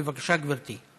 בבקשה, גברתי.